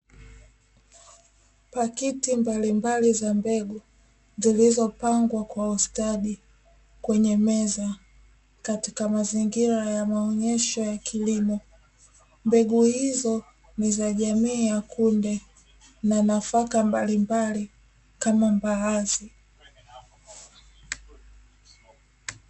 Pakiti mbalimbali za mbegu zilizopangwa kwa ustadi kwenye meza katika mazingira ya maonyesho ya kilimo, mbegu hizo ni za jamii ya kunde na nafaka mbalimbali kama mbaazi.